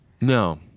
No